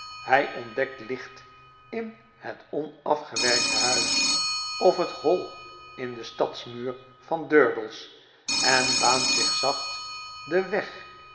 hij ontdekt licht in het onafgewerkte huis of het hoi in den stadsmuur van durdels en baant zich zacht den weg